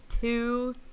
two